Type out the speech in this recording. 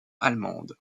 allemande